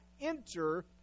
enter